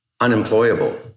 unemployable